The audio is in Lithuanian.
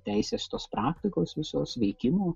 teisės tos praktikos visos veikimo